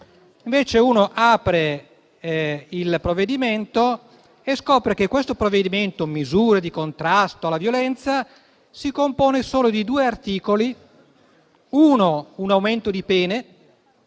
Invece se si apre il provvedimento si scopre che questo provvedimento (misure di contrasto alla violenza) si compone solo di due articoli, che recano il primo